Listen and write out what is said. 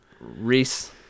Reese